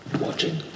Watching